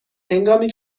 هنگامی